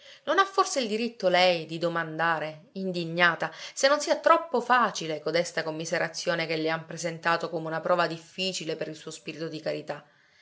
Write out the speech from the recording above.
non ha forse il diritto lei di domandare indignata se non sia troppo facile codesta commiserazione che le han presentato come una prova difficile per il suo spirito di carità